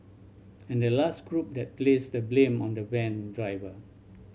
and the last group that placed the blame on the van driver